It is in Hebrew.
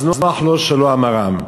אז נוח לו שלא אמרם.